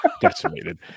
Decimated